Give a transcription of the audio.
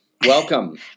welcome